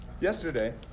yesterday